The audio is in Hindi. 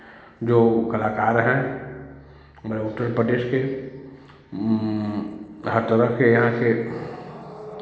जो कलाकार हैं मेरे उत्तर प्रदेश के हर तरह के यहाँ के